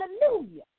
Hallelujah